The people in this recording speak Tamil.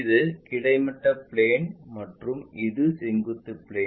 இது கிடைமட்ட பிளேன் மற்றும் இது செங்குத்து பிளேன்